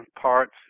parts